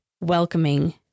welcoming